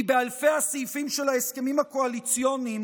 כי באלפי הסעיפים של ההסכמים הקואליציוניים